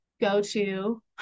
go-to